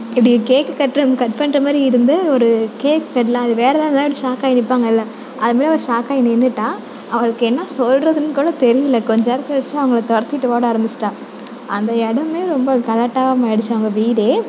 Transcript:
இப்படி கேக்கு கட்ற கட் பண்ணுற மாதிரி இருந்து ஒரு கேக் கட்யெலாம் இது வேறு எதாவது இருந்தால் ஷாக்காகி நிற்பாங்கள்ல அது மாதிரி அவள் ஷாக்காகி நின்றுட்டா அவளுக்கு என்னா சொல்வதுன் கூட தெரியல கொஞ்சம் நேரம் கழிச்சு அவங்கள துரத்திட்டு ஓட ஆரமிச்சிட்டா அந்த இடமே ரொம்ப கலாட்டாவாக மாறிடுச்சு அவங்க வீடே